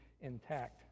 intact